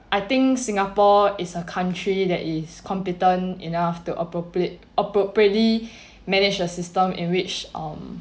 I think singapore is a country that is competent enough to appropriate appropriately manage a system in which um